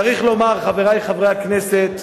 צריך לומר, חברי חברי הכנסת,